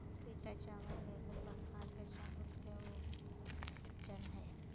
पीटा चावल एगो प्रकार के चावल के व्यंजन हइ